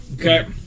Okay